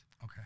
Okay